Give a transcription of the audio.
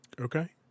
Okay